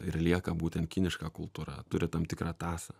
ir lieka būtent kiniška kultūra turi tam tikrą tąsą